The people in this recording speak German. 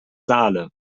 saale